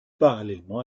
parallèlement